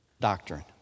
doctrine